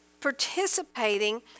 participating